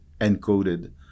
encoded